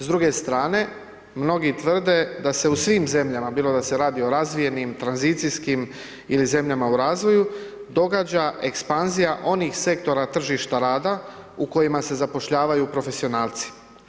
S druge strane mnogi tvrde da se u svim zemljama bilo da se radi o razvijenijim, tranzicijskim ili zemljama u razvoju događa ekspanzija onih sektora tržišta rada u kojima se zapošljavaju profesionalci.